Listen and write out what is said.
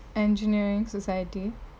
engineering society